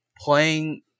playing